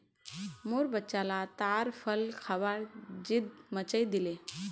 मोर बच्चा ला ताड़ फल खबार ज़िद मचइ दिले